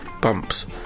Bumps